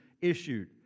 issued